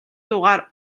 дуугаар